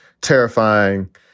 terrifying